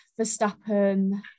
Verstappen